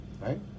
right